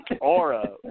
aura